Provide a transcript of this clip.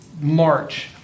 march